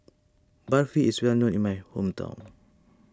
Barfi is well known in my hometown